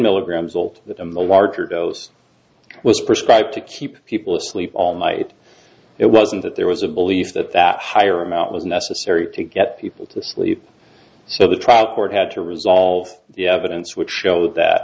milligrams old that in the larger dose was prescribed to keep people sleep all night it wasn't that there was a belief that that higher amount was necessary to get people to sleep so the trial court had to resolve the evidence which show that